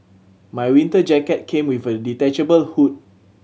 my winter jacket came with a detachable hood